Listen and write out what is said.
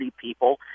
people